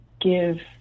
give